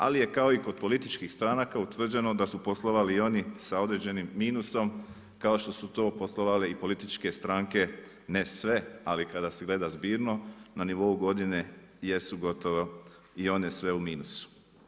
Ali je kao i kod političkih stranaka, utvrđeno da su poslovali i oni sa određenim minusom, kao što su to poslovale i političke stranke, ne sve, ali kada se gleda zbirno na nivou godine, jesu gotovo i one sve u minusu.